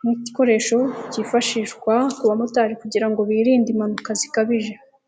nk'igikoresho cyifashishwa ku bamotari kugira ngo birinde impanuka zikabije.